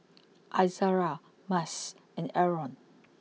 Izzara Mas and Aaron